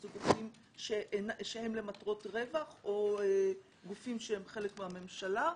שהם גופים שהם למטרות רווח או גופים שהם חלק מהממשלה.